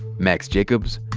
max jacobs,